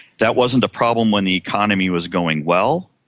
that wasn't a problem when the economy was going well,